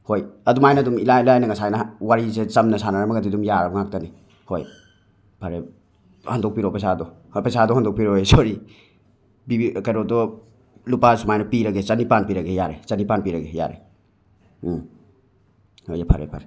ꯍꯣꯏ ꯑꯗꯨꯃꯥꯏꯅ ꯑꯗꯨꯝ ꯏꯂꯥꯏ ꯂꯥꯏꯅ ꯉꯁꯥꯏꯅ ꯋꯥꯔꯤꯖꯦ ꯆꯝꯅ ꯁꯥꯟꯅꯔꯝꯃꯒꯗꯤ ꯑꯗꯨꯝ ꯌꯥꯔꯕ ꯉꯥꯛꯇꯅꯦ ꯍꯣꯏ ꯐꯔꯦ ꯍꯟꯗꯣꯛꯄꯤꯔꯣ ꯄꯩꯁꯥꯗꯣ ꯍꯣꯏ ꯄꯩꯁꯥꯗꯣ ꯍꯟꯗꯣꯛꯄꯤꯔꯣꯌꯦ ꯁꯣꯔꯤ ꯄꯤꯕꯤ ꯀꯩꯅꯣꯗꯣ ꯂꯨꯄꯥ ꯁꯨꯃꯥꯏꯅ ꯄꯤꯔꯒꯦ ꯆꯅꯤꯄꯥꯟ ꯄꯤꯔꯒꯦ ꯌꯥꯔꯦ ꯆꯅꯤꯄꯥꯟ ꯄꯤꯔꯒꯦ ꯌꯥꯔꯦ ꯎꯝ ꯍꯣꯏ ꯐꯔꯦ ꯐꯔꯦ